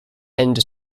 end